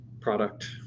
product